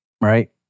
right